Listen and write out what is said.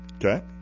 Okay